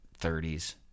30s